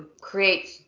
create